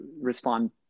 respond